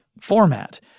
format